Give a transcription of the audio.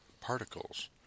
particles